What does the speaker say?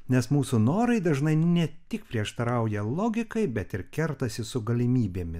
nes mūsų norai dažnai ne tik prieštarauja logikai bet ir kertasi su galimybėmis